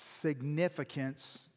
significance